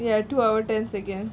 ya two hour ten seconds